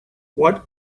what